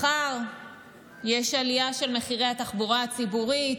מחר יש עלייה של מחירי התחבורה הציבורית,